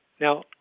Now